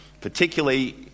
particularly